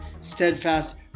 Steadfast